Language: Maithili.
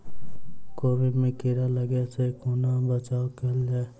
कोबी मे कीड़ा लागै सअ कोना बचाऊ कैल जाएँ?